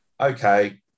Okay